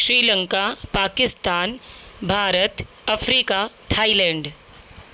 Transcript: Sri Lanka Pakistan Bharat Africa Thailand